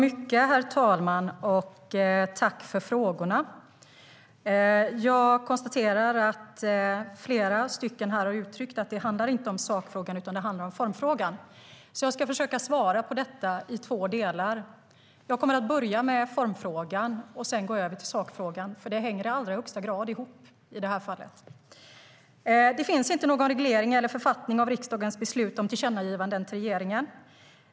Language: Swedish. Herr talman! Jag vill tacka för frågorna. Det finns inte någon reglering av eller författning om riksdagens beslut om tillkännagivanden till regeringen.